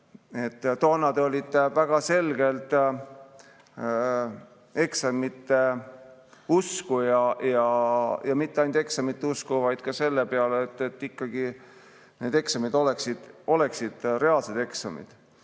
Toona te olite väga selgelt eksamite usku ja mitte ainult eksamite usku, vaid ka selle usku, et need oleksid reaalsed eksamid.